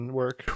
work